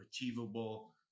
achievable